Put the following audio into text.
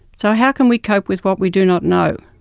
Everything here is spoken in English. so how can we cope with what we do not know?